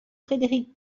frédéric